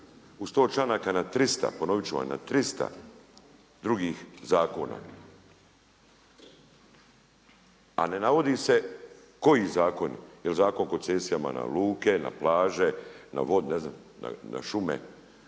na 100 članaka, ponovit ću vam na 300, na 300, drugih zakona, a ne navodi se koji zakoni, je li Zakon o koncesijama na luke, na plaže, na vode, ne znam, na šume,